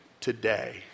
today